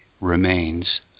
remains